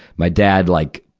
my dad, like,